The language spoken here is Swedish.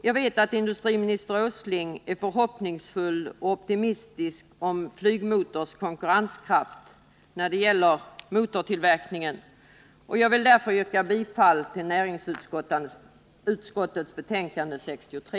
Jag vet att industriminister Åsling är förhoppningsfull och optimistisk om Volvo Flygmotors konkurrenskraft när det gäller motortillverkningen, och jag vill därför yrka bifall till näringsutskottets hemställan i betänkande 63.